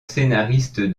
scénariste